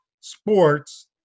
sports